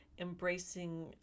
embracing